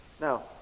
Now